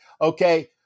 Okay